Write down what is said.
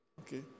Okay